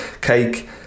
cake